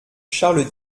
charles